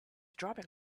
dropping